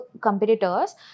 competitors